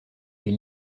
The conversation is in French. est